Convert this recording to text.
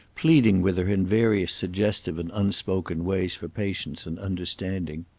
pleading with her in various suggestive and unspoken ways for patience and understanding.